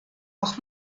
auch